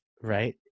Right